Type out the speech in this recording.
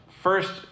first